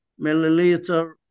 milliliter